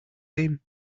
him